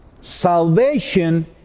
salvation